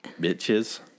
Bitches